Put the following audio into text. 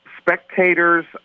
spectators